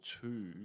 two